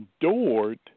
endured